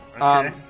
Okay